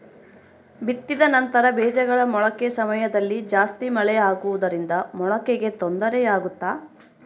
ಬಿತ್ತಿದ ನಂತರ ಬೇಜಗಳ ಮೊಳಕೆ ಸಮಯದಲ್ಲಿ ಜಾಸ್ತಿ ಮಳೆ ಆಗುವುದರಿಂದ ಮೊಳಕೆಗೆ ತೊಂದರೆ ಆಗುತ್ತಾ?